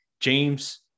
James